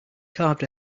carved